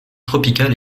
tropicales